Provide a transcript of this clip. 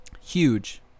huge